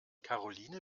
karoline